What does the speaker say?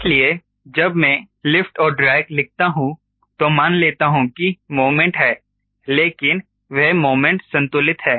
इसलिए जब मैं लिफ्ट और ड्रैग लिखता हूं तो मान लेता हूं कि मोमेंट है लेकिन वह मोमेंट संतुलित है